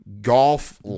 golf